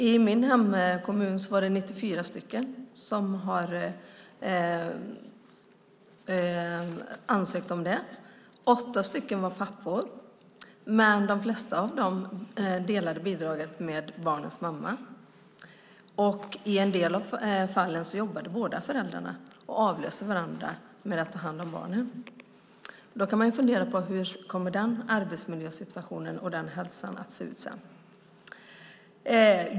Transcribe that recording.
I min hemkommun har 94 ansökt om bidraget. 8 är pappor, men de flesta av dem delar bidraget med barnets mamma. I en del av fallen jobbar båda föräldrarna och avlöser varandra med att ta hand om barnen. Hur kommer den arbetsmiljösituationen och den hälsan att se ut sedan?